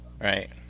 right